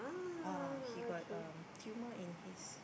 uh he got um tumor in his